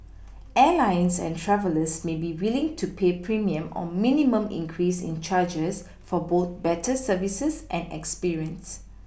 Airlines and travellers may be willing to pay premium or minimum increase in charges for both better services and experience